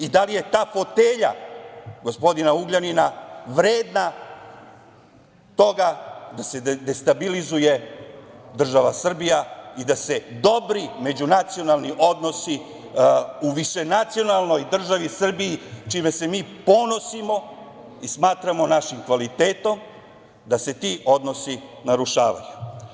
I da li je ta fotelja gospodina Ugljanina vredna toga da se destabilizuje država Srbija i da se dobri međunacionalni odnosi u višenacionalnoj državi Srbiji, čime se mi ponosimo i smatramo našim kvalitetom, da se ti odnosi narušavaju?